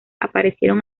aparecieron